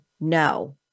no